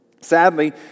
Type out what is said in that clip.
Sadly